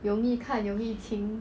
容易看容易清